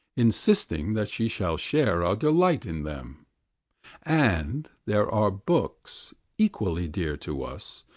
insisting that she shall share our delight in them and there are books, equally dear to us,